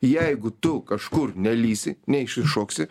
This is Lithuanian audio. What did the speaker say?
jeigu tu kažkur nelįsi neišsišoksi